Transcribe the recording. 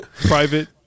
private